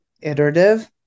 iterative